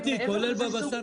גברתי, כולל בבשר?